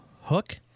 Hook